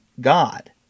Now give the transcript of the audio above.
God